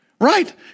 right